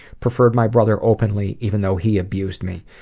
preferred my brother openly, even though he abused me.